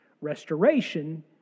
Restoration